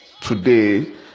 today